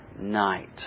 night